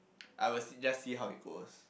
I will just see how it goes